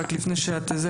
לפני כן,